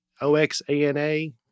O-X-A-N-A